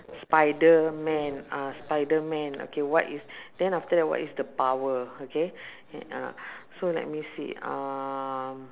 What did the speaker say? spiderman ah spiderman okay what is then after that what is the power okay uh so let me see um